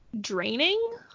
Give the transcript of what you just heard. draining